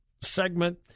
segment